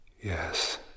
Yes